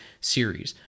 series